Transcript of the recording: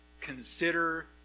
consider